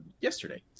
yesterday